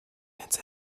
ins